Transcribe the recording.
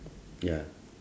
ya